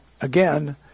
again